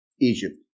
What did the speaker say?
Egypt